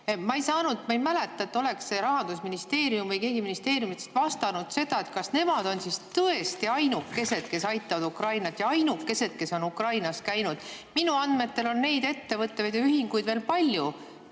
Ukrainat. Ma ei mäleta, et oleks Rahandusministeerium või keegi ministeeriumidest vastanud, kas nemad on tõesti ainukesed, kes aitavad Ukrainat, ja ainukesed, kes on Ukrainas käinud. Minu andmetel on neid ettevõtjaid ja ühinguid veel palju.